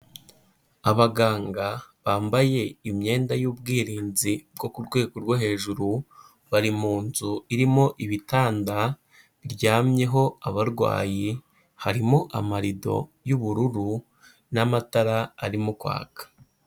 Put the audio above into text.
Abaganga bambaye imyenda y'ubwirinzi bwo ku rwego rwo hejuru bari mu nzu irimo ibitanda biryamyeho abarwayi harimo amarido y'ubururu n'amatara arimo kwaka.